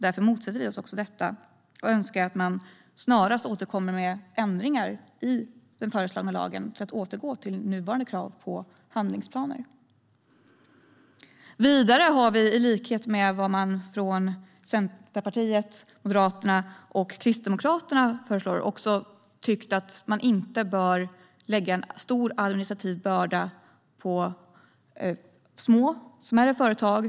Därför motsätter vi oss detta och önskar att man snarast återkommer med ändringar i den föreslagna lagen för att återgå till det nuvarande kravet på handlingsplaner. Vidare har vi, i likhet med vad Centerpartiet, Moderaterna och Kristdemokraterna föreslår, tyckt att man inte bör lägga en stor administrativ börda på små företag.